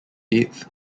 eighth